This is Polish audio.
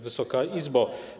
Wysoka Izbo!